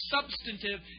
substantive